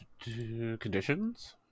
Conditions